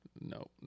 No